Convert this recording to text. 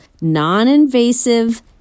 Non-invasive